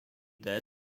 there